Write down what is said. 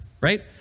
right